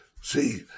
See